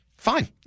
Fine